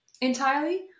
entirely